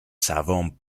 savants